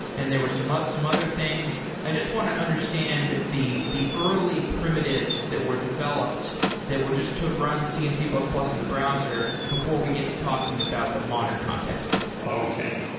and there were some ah some other things. i just want to understand the the early primitives that were developed that were just to run c and c plus plus in the browser before we get to talking about the modern context okay.